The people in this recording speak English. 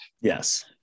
yes